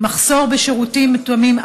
מחסור בשירותים מותאמים,